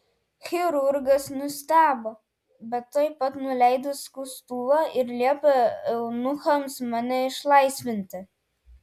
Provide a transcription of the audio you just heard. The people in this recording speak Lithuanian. chirurgas nustebo bet tuoj pat nuleido skustuvą ir liepė eunuchams mane išlaisvinti